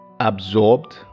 absorbed